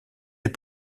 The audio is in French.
des